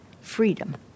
freedom